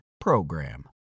PROGRAM